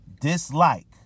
dislike